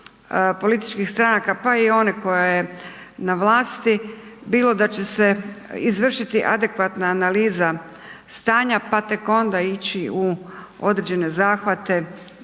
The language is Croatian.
političkih stranaka, pa i one koje na vlasti, bilo da će se izvršiti adekvatna analiza stanja pa tek onda ići u određene zahvate